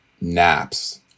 naps